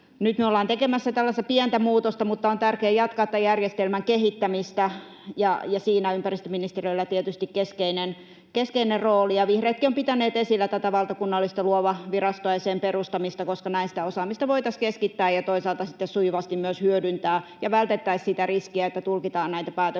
Nyt me ollaan tekemässä tällaista pientä muutosta, mutta on tärkeää jatkaa tämän järjestelmän kehittämistä, ja siinä ympäristöministeriöllä on tietysti keskeinen rooli. Vihreätkin ovat pitäneet esillä tätä valtakunnallista Luova-virastoa ja sen perustamista, koska näin sitä osaamista voitaisiin keskittää ja toisaalta sitten sujuvasti myös hyödyntää ja vältettäisiin sitä riskiä, että tulkitaan näitä päätöksiä